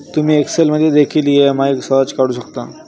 तुम्ही एक्सेल मध्ये देखील ई.एम.आई सहज काढू शकता